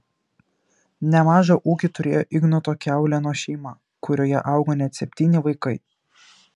nemažą ūkį turėjo ignoto kiaulėno šeima kurioje augo net septyni vaikai